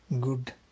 good